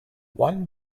one